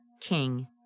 King